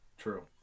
true